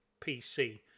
PC